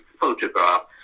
photograph